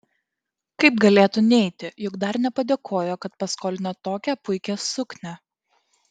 kaip galėtų neiti juk dar nepadėkojo kad paskolino tokią puikią suknią